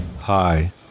Hi